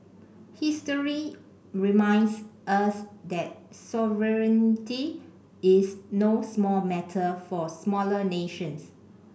history reminds us that sovereignty is no small matter for smaller nations